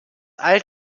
all